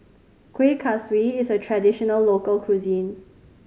Kuih Kaswi is a traditional local cuisine